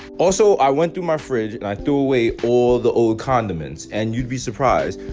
also, i went through my fridge, and i threw away all the old condiments. and you'd be surprised.